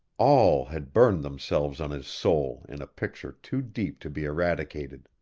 all had burned themselves on his soul in a picture too deep to be eradicated.